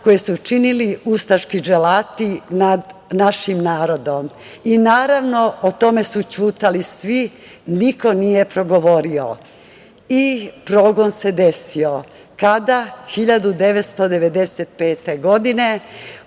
koje su činili ustaški dželati nad našim narodom. Naravno, o tome su ćutali svi, niko nije progovorio i progon se desio. Kada, 1995. godine